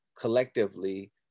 collectively